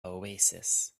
oasis